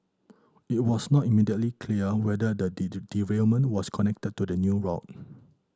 it was not immediately clear whether the derailment was connected to the new route